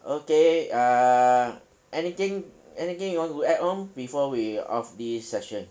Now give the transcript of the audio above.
okay err anything anything you want to add on before we off this session